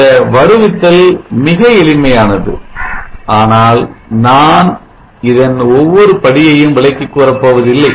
இந்த வருவித்தல் மிக எளிமையானது ஆனால் நான் இதன் ஒவ்வொரு படியையும் விளக்கிக் கூறப்போவதில்லை